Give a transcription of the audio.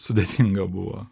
sudėtinga buvo